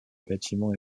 bâtiment